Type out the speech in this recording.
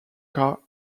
car